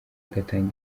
agatanga